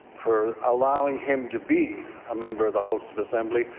for allowing him to be a member of the house of assembly,